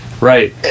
right